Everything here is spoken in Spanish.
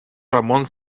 ramón